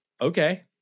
okay